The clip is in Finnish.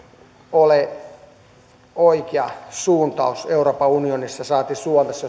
ole oikea suuntaus euroopan unionissa saati suomessa